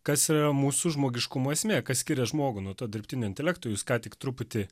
kas mūsų žmogiškumo esmė kas skiria žmogų nuo to dirbtinio intelekto jūs ką tik truputį